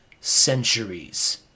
centuries